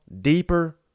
deeper –